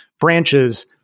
branches